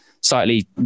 slightly